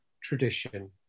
tradition